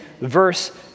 verse